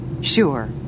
Sure